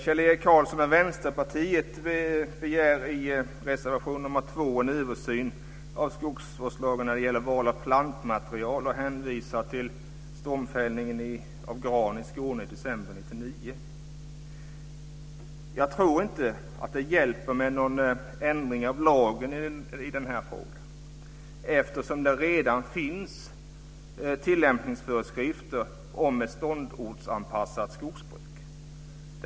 Kjell-Erik Karlsson och Vänsterpartiet begär i reservation nr 2 en översyn av skogsvårdslagen när det gäller val av plantmaterial. Han hänvisar till stormfällningen av gran i Skåne i december 1999. Jag tror inte att det hjälper med en ändring av lagen i den här frågan eftersom det redan finns tillämpningsföreskrifter om ett ståndortsanpassat skogsbruk.